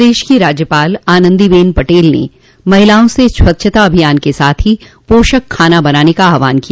प्रदेश की राज्यपाल आनन्दी बेन पटेल ने महिलाओं से स्वच्छता अभियान के साथ ही पोषक खाना बनाने का आहवान किया